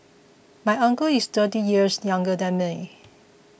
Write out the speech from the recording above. my uncle is thirty years younger than